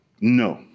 No